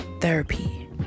therapy